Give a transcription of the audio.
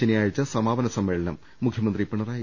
ശനിയാഴ്ച സമാ പന സമ്മേളനം മുഖ്യമന്ത്രി പിണറായി